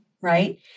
Right